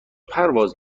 پرواز